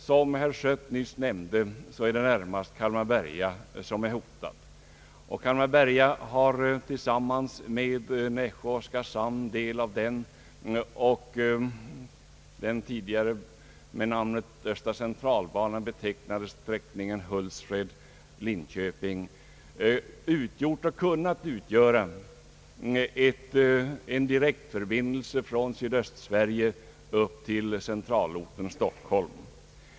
Såsom herr Schött nyss nämnde är det närmast Kalmar—Berga järnväg som är hotad, och Kalmar— Berga järnväg har tillsammans med en del av Nässjö—Oskarshamns samt den tidigare med namnet Östra centralbanan betecknade sträckningen Hultsfred —Linköping utgjort och kunnat utgöra en direkt förbindelse från Sydöstsverige upp till centralorten Stockholm.